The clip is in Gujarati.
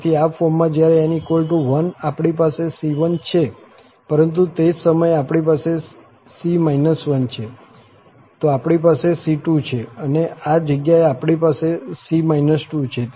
તેથી આ ફોર્મમાં જ્યારે n1 આપણી પાસે c1 છે પરંતુ તે જ સમયે આપણી પાસે c 1 છે તો આપણી પાસે c2 છે અને આ જગ્યાએ આપણી પાસે c 2 છે